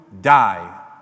die